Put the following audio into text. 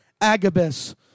Agabus